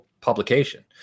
publication